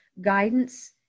guidance